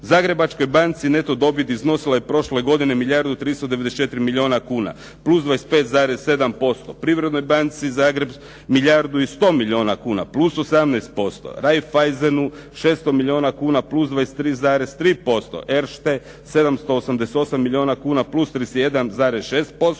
Zagrebačkoj banci neto dobit iznosila je prošle godine milijardu i 394 milijuna kuna, plus 25,7%. Privrednoj banci Zagreb milijardu i 100 milijuna kuna, plus 18%, Reiffeiesenu 600 milijuna kuna, plus 23,3%, Erste 788 milijuna kuna, plus 31,6%,